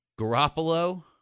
Garoppolo